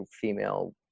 female